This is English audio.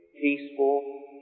peaceful